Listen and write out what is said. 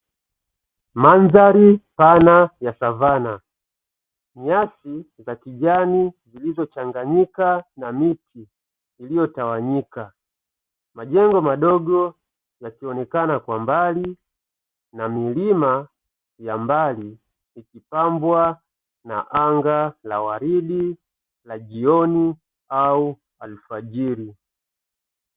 Mandhari pana ya savana, nyasi za kijani zilizochanganyika na miti iliyotawanyika, majengo madogo yakionekana kwa mbali, na milima ya mbali ikipambwa na anga la waridi la jioni ama alfajiri.